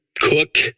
Cook